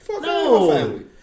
No